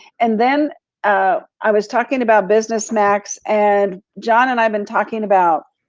and then ah i was talking about business, max, and john and i have been talking about